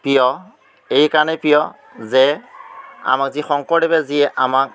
প্ৰিয় এই কাৰণে প্ৰিয় যে আমাক যি শংকৰদেৱে যিয়ে আমাক